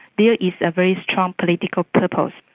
there is a very strong political purpose.